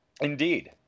Indeed